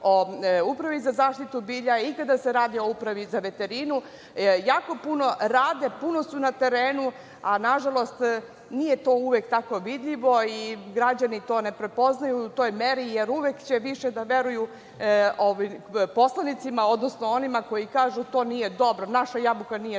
o upravi za zaštitu bilja, i kada se radi o upravi za veterinu. Jako puno rade, puno su na terenu, a nažalost nije to uvek tako vidljivo i građani to ne prepoznaju u toj meri, jer uvek će više da veruju ovim poslanicima, odnosno onima koji kažu – to nije dobro, naša jabuka nije dobra,